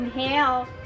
Inhale